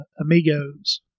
Amigos